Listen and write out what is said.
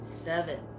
Seven